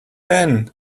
ten